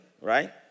Right